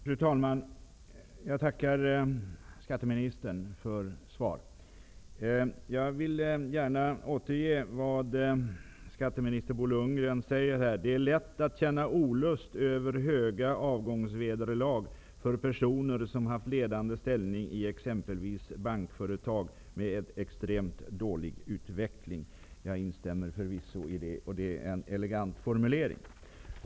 Fru talman! Jag tackar skatteministern för svaret. Jag vill gärna återge vad skatteminister Bo Lundgren sade här: ''Det är lätt att känna olust över höga avgångsvederlag för personer som haft ledande ställning i exempelvis bankföretag med extremt dålig utveckling.'' Jag instämmer förvisso i det, och det är en elegant formulering.